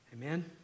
Amen